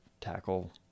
tackle